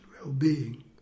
well-being